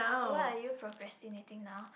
what are you procrastinating now